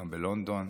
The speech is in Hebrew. גם בלונדון.